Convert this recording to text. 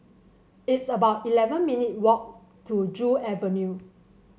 it's about eleven minute walk to Joo Avenue